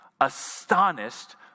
astonished